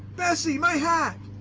bessie, my hat.